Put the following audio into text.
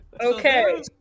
Okay